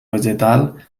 vegetal